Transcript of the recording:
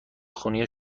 خونی